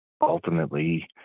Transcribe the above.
Ultimately